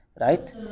Right